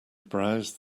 browsed